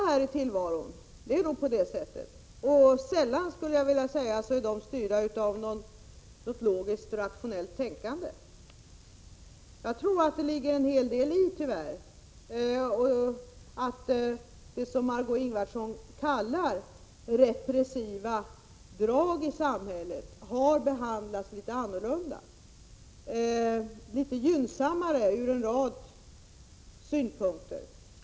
Sådana ligger säkert bakom det mesta här i tillvaron. De könsmässiga värderingarna är sällan styrda av något logiskt eller rationellt tänkande. Jag tror att det tyvärr ligger en hel del i att yrken som har, som Margö Ingvardsson kallar det, repressiva drag har behandlats annorlunda, dvs. litet gynnsammare från en rad synpunkter.